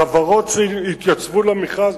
החברות שהתייצבו למכרז,